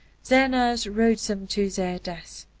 their nerves rode them to their death.